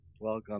Welcome